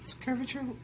curvature